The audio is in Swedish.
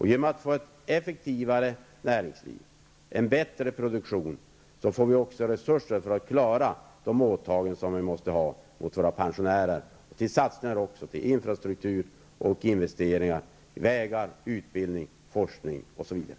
Genom att vi får ett effektivare näringsliv och en bättre produktion får vi också resurser för att klara våra åtaganden gentemot pensionärerna och för att satsa på infrastrukturinvesteringar i vägar, utbildning, forskning osv.